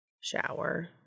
Shower